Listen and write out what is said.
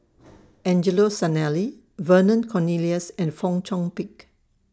Angelo Sanelli Vernon Cornelius and Fong Chong Pik